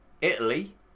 Italy